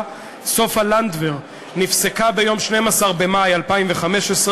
סופה לנדבר נפסקה ביום 12 במאי 2015,